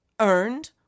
earned